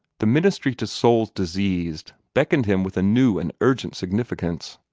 the ministry to souls diseased beckoned him with a new and urgent significance.